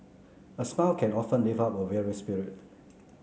a smile can often lift up a weary spirit